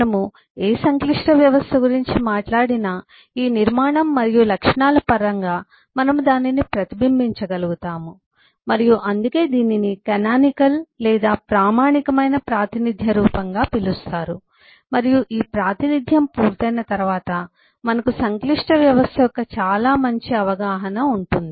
మనము ఏ సంక్లిష్ట వ్యవస్థ గురించి మాట్లాడినా ఈ నిర్మాణం మరియు లక్షణాల పరంగా మనము దానిని ప్రతిబింబించగలుగుతాము మరియు అందుకే దీనిని కానానికల్ లేదా ప్రామాణికమైన ప్రాతినిధ్య రూపంగా పిలుస్తారు మరియు ఈ ప్రాతినిధ్యం పూర్తయిన తర్వాత మనకు సంక్లిష్ట వ్యవస్థ యొక్క చాలా మంచి అవగాహన ఉంటుంది